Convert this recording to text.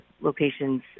locations